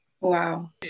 Wow